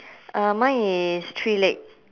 uh mine is three leg